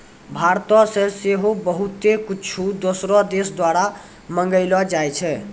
भारतो से सेहो बहुते कुछु दोसरो देशो द्वारा मंगैलो जाय छै